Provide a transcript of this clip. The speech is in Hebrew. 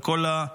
על כל הייסורים.